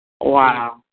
Wow